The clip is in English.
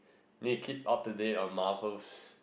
make it all today a Marvel